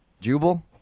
Jubal